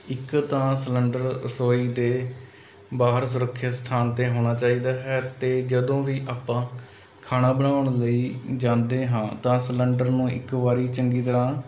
ਇੱਕ ਤਾਂ ਸਿਲੰਡਰ ਰਸੋਈ ਦੇ ਬਾਹਰ ਸੁਰੱਖਿਅਤ ਸਥਾਨ 'ਤੇ ਹੋਣਾ ਚਾਹੀਦਾ ਹੈ ਅਤੇ ਜਦੋਂ ਵੀ ਆਪਾਂ ਖਾਣਾ ਬਣਾਉਣ ਲਈ ਜਾਂਦੇ ਹਾਂ ਤਾਂ ਸਿਲੰਡਰ ਨੂੰ ਇੱਕ ਵਾਰੀ ਚੰਗੀ ਤਰ੍ਹਾਂ